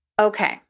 Okay